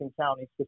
County